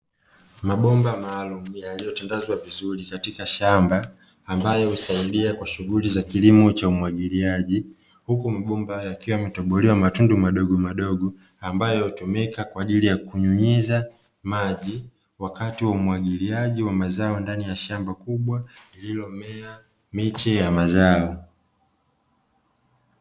Mabomba maalumu yaliyotandazwa vizuri katika shamba ambayo husaidia kwa shughuli za kilimo cha umwagiliaji, huku mabomba yakiwa yametobolewa matundu madogomadogo ambayo hutumika kwa ajili ya kunyunyiza maji wakati wa umwagiliaji wa mazao ndani ya shamba kubwa lililomea miche ya mazao.